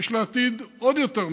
יש לה עתיד עוד יותר מפואר.